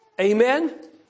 Amen